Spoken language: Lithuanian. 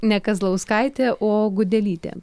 ne kazlauskaitė o gudelytė